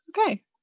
Okay